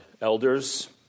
elders